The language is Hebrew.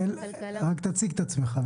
תציג את עצמך.